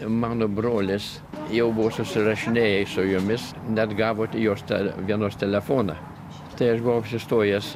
mano brolis jau buvo susirašinėjęs su jumis net gavot jos te vienos telefoną tai aš buvau apsistojęs